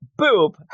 boop